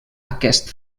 aquest